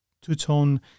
two-tone